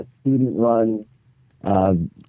student-run